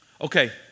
Okay